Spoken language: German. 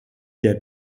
der